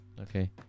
Okay